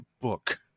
book